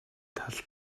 тал